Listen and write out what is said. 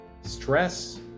stress